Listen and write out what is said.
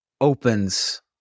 opens